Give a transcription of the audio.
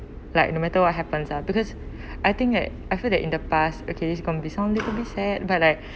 like no matter what happens lah because I think that I feel that in the past okay it can be sounded to be sad but I